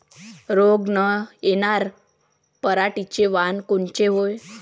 रोग न येनार पराटीचं वान कोनतं हाये?